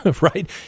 right